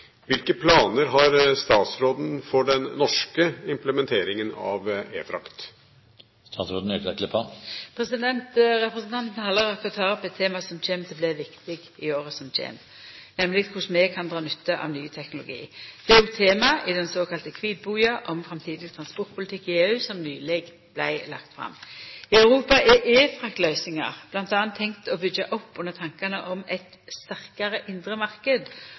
planer har statsråden for den norske implementeringen av e-frakt?» Representanten Halleraker tek opp eit tema som kjem til å bli viktig i åra som kjem, nemleg korleis vi kan dra nytte av ny teknologi. Dette er òg tema i den såkalla kvitboka om framtidig transportpolitikk i EU som nyleg vart lagd fram. I Europa er e-fraktløysingar m.a. tenkt å byggja opp under tankane om ein sterkare indre